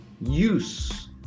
use